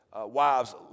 wives